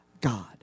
God